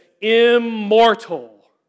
immortal